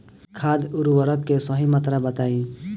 खाद उर्वरक के सही मात्रा बताई?